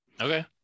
Okay